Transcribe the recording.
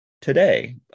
today